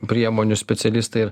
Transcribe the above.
priemonių specialistai ir